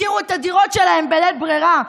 השכירו את הדירות שלהם בלית ברירה.